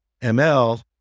ML